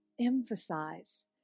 emphasize